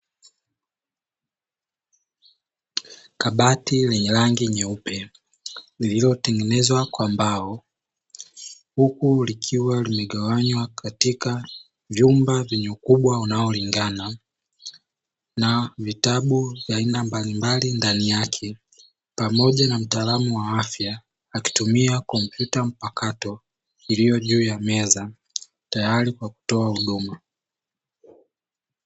Kabati lenye rangi nyeupe lililo tengenezwa kwa mbao huku likiwa limegawanywa katika vyumba vyenye ukubwa unaolingana na vitabu vya aina mbalimbali ndani yake, pamoja na mtaalamu wa afya akitumia kompyuta mpakato iliyo juu ya meza tayari kwa kutoa huduma.